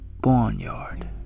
Barnyard